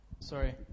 Sorry